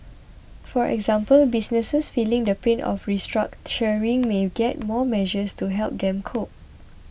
for example businesses feeling the pain of restructuring may get more measures to help them cope